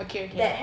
okay okay